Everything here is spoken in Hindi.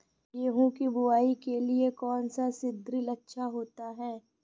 गेहूँ की बुवाई के लिए कौन सा सीद्रिल अच्छा होता है?